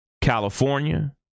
California